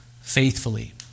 faithfully